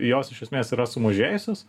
jos iš esmės yra sumažėjusios